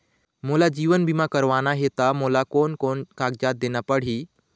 मोला जीवन बीमा करवाना हे ता मोला कोन कोन कागजात देना पड़ही?